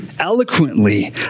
eloquently